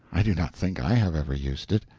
i do not think i have ever used it.